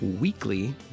weekly